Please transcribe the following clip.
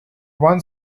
one